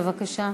בבקשה.